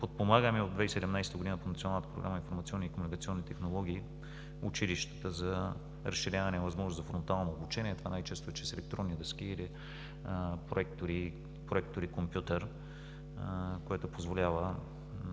Подпомагаме от 2017 г. функционалната програма „Информационни и комуникационни технологии“ в училищата за разширяване на възможностите за фронтално обучение. Това най-често е чрез електронни дъски или проектори-компютър, което позволява